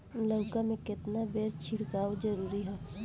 लउका में केतना बेर छिड़काव जरूरी ह?